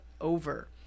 Over